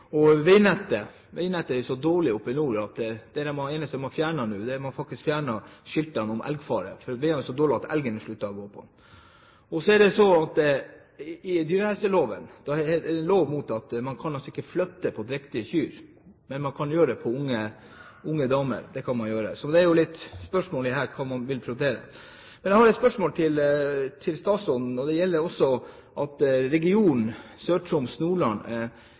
er dårlig oppe i nord. Det eneste de nå har fjernet, er skiltene om elgfare, for veiene er så dårlige at elgen har sluttet å gå på dem. Ifølge dyrehelseloven er det slik at det ikke er lov å flytte på drektige kyr. Men man kan gjøre det med unge damer – det kan man gjøre. Så spørsmålet her er hva man vil prioritere. Jeg har et spørsmål til statsråden. Det gjelder at regionen